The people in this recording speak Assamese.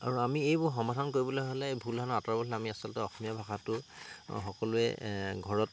আৰু আমি এইবোৰ সমাধান কৰিবলৈ হ'লে ভুল ধাৰণা আঁতৰাবলৈ আমি আচলতে অসমীয়া ভাষাটো সকলোৱে ঘৰত